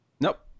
Nope